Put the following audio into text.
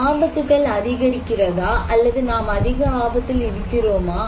ஆபத்துகள் அதிகரிக்கிறதா அல்லது நாம் அதிக ஆபத்தில் இருக்கிறோமா